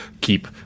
keep